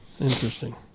Interesting